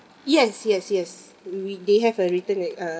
yes yes yes we they have a return it uh